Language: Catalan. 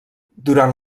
durant